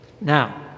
now